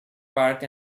park